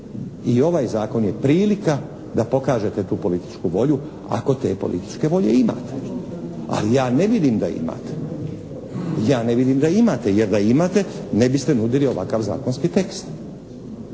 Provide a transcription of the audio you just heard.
i ovaj zakon je prilika da pokažete tu političku volju ako te političke volje imate. Ali ja ne vidim da imate. Ja ne vidim da imate. Jer da imate ne biste nudili ovaj zakonski tekst.